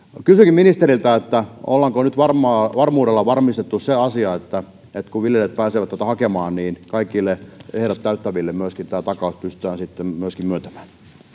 kysynkin ministeriltä ollaanko nyt varmuudella varmistettu se asia että että kun viljelijät pääsevät tuota hakemaan niin kaikille ehdot täyttäville tämä takaus pystytään sitten myöskin myöntämään